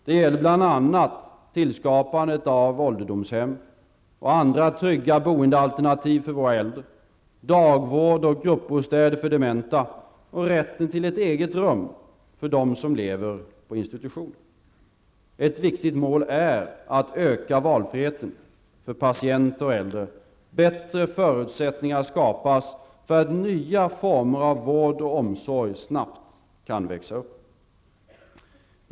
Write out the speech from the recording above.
Det gäller bl.a. tillskapandet av ålderdomshem och andra trygga boendealternativ för våra äldre, dagvård och gruppbostäder för dementa och rätten till ett eget rum för dem som lever på institution. Ett viktigt mål är att öka valfriheten för patienter och äldre. Bättre förutsättningar skapas för att nya former av vård och omsorg snabbt kan växa upp.